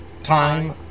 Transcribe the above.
time